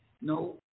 No